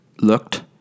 looked